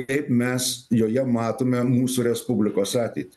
kaip mes joje matome mūsų respublikos ateitį